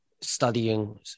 studying